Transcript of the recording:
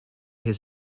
his